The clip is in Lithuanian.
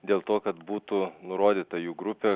dėl to kad būtų nurodyta jų grupė